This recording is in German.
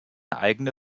eigene